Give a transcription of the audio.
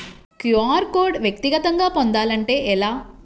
QR code వ్యక్తిగతంగా పొందాలంటే ఎలా?